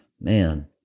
man